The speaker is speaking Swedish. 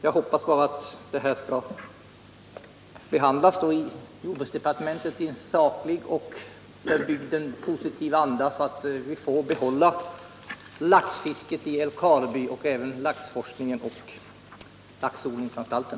Jag hoppas att detta ärende skall behandlas i jordbruksdepartementet i en saklig och för bygden positiv anda, så att vi får behålla laxfisket i Älvkarleby och även laxforskningen och laxodlingsanstalten.